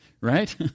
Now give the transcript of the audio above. right